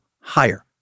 higher